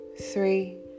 three